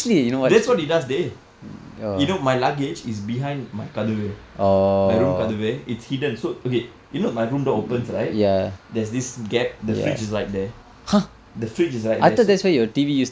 that's what he does dey you know my luggage is behind my கதவு:kathavu my room கதவு:kathavu it's hidden so okay you know my room door opens right there's this gap the fridge is right there the fridge is right there so